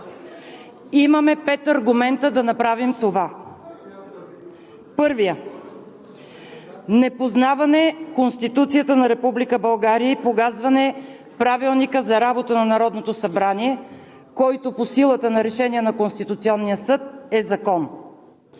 Имаме пет аргумента да направим това. Първият, непознаване Конституцията на Република България и погазване Правилника за работата на Народното събрание, който по силата на Решение на Конституционния съд е закон.